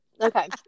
Okay